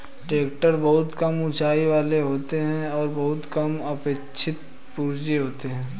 tractor बहुत कम ऊँचाई वाले होते हैं और बहुत कम प्रक्षेपी पुर्जे होते हैं